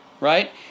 right